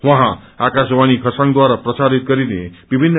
उहाँ आकाशवाणी खराङद्वार प्रसारित गरिने विभिन्न